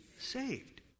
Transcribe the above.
saved